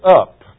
up